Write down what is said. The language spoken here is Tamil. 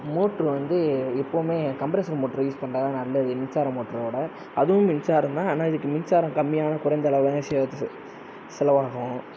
மோட்ரு வந்து எப்போவுமே கம்பிரசர் மோட்ரு யூஸ் பண்ணிணாதான் நல்லது மின்சார மோட்ரோட அதுவும் மின்சாரம்தான் ஆனால் இதுக்கு மின்சாரம் கம்மியாகதான் குறைந்த அளவில் செலவாகும்